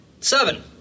Seven